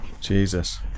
Jesus